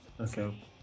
Okay